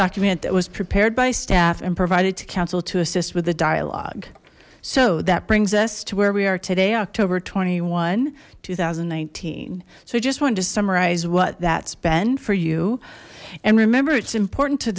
document that was prepared by staff and provided to counsel to assist with the dialogue so that brings us to where we are today october twenty one two thousand and nineteen so i just wanted to summarize what that's been for you and remember it's important to